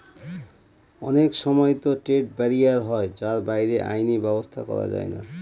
অনেক সময়তো trade barrier হয় যার বাইরে আইনি ব্যাবস্থা করা যায়না